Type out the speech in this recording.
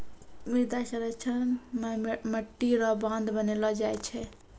मृदा संरक्षण मे मट्टी रो बांध बनैलो जाय छै